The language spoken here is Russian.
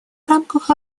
рамках